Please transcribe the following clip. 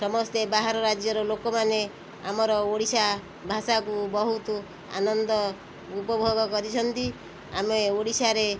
ସମସ୍ତେ ବାହାର ରାଜ୍ୟର ଲୋକମାନେ ଆମର ଓଡ଼ିଶା ଭାଷାକୁ ବହୁତ ଆନନ୍ଦ ଉପଭୋଗ କରିଛନ୍ତି ଆମେ ଓଡ଼ିଶାରେ